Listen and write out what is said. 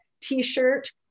t-shirt